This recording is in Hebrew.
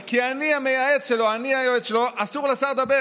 כי אחרת "סותמים לביבי את הפה".